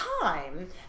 time